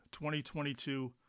2022